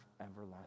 everlasting